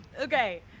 Okay